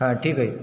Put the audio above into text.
हां ठीक आहे